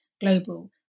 global